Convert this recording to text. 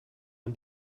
man